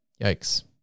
Yikes